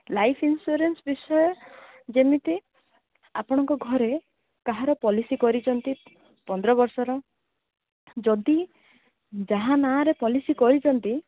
life insurance ବିଷୟ ଯେମିତି ଆପଣଙ୍କ ଘରେ କାହାର ପଲିସି କରିଛନ୍ତି ପନ୍ଦର ବର୍ଷର ଯଦି ଯାହା ନାଁରେ ପଲିସି କରିଛନ୍ତି